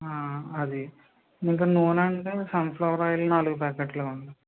అది ఇంకా నూనె అంటే సన్ఫ్లవర్ ఆయిల్ నాలుగు ప్యాకెట్లు ఇవ్వండి